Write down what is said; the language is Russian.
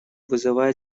вызывает